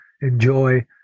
enjoy